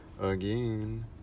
Again